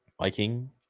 Viking